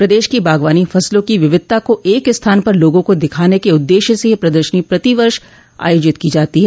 प्रदेश की बागवानी फसलों की विविधता को एक स्थान पर लोगों को दिखान के उददेश्य से यह प्रदर्शनी प्रति वर्ष आयोजित की जाती है